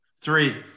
Three